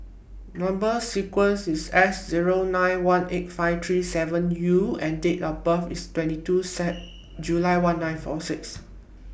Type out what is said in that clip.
Number sequences IS S Zero nine one eight five three seven U and Date of birth IS twenty two set July one nine four six